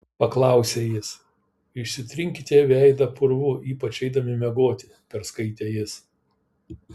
paklausė jis išsitrinkite veidą purvu ypač eidami miegoti perskaitė jis